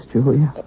Julia